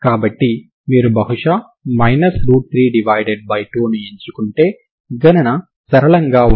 దాని నుండి మీరు ఈ Ewt0 అని వ్రాస్తే అంటే wt wx0 అయితే w0 అవుతుంది అంటే w స్థిరాంకం అవుతుంది కానీ ప్రారంభ సమాచారం wx00 నుండి t యొక్క అన్ని విలువలకు wxt0 అవుతుంది